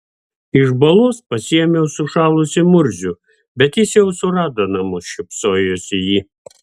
iš balos pasiėmiau sušalusį murzių bet jis jau surado namus šypsojosi ji